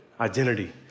identity